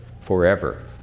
forever